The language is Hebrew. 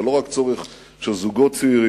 זה לא רק צורך של זוגות צעירים,